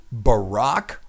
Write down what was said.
Barack